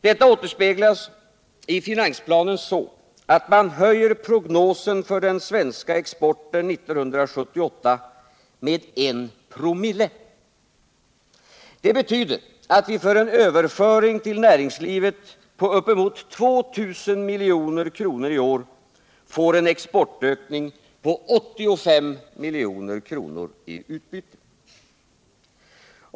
Detta återspeglas i finansplanen så, att man höjer prognosen för den svenska exporten 1978 med en 12?/o0. Det betyder att vi för en överföring till näringslivet på uppemot 2 000 milj.kr. i år får en exportökning på 85 milj.kr. i utbyte.